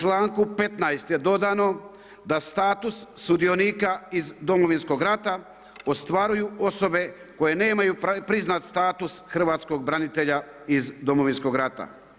U članku 15. je dodano da status sudionika iz Domovinskog rata ostvaruju osobe koje nemaju priznat status hrvatskog branitelja iz Domovinskog rata.